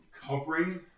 covering